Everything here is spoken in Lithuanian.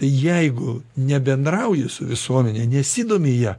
jeigu nebendrauji su visuomene nesidomi ja